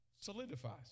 solidifies